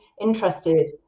interested